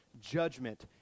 judgment